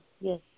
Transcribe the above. Yes